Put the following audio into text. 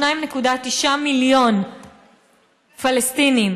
2.9 מיליון פלסטינים,